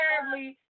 terribly